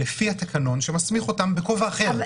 לפי התקנון שמסמיך אותם בכובע אחר.